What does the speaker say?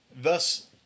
thus